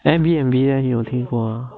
Airbnb leh 有没有听过